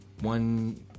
one